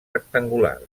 rectangulars